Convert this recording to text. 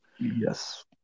Yes